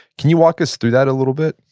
can you walk us through that a little bit?